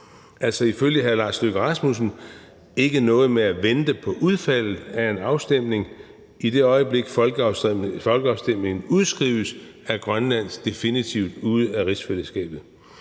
Ifølge hr. Lars Løkke Rasmussen er det altså ikke noget med at vente på udfaldet af en afstemning; i det øjeblik folkeafstemningen udskrives, er Grønland definitivt ude af rigsfællesskabet.